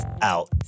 out